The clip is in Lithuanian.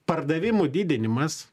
pardavimų didinimas